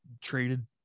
traded